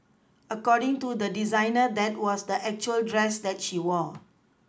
according to the designer that was the actual dress that she wore